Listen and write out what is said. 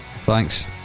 Thanks